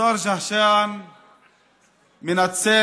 ניזאר ג'השאן מנצרת.